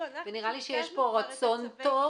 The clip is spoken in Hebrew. נראה לי שיש פה רצון טוב,